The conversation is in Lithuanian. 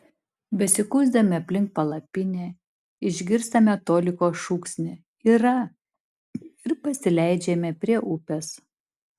besikuisdami aplink palapinę išgirstame toliko šūksnį yra ir pasileidžiame prie upės